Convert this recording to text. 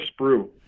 sprue